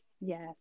Yes